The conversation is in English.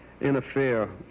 interfere